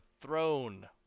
throne